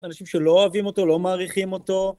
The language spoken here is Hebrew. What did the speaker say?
אנשים שלא אוהבים אותו, לא מעריכים אותו.